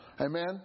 Amen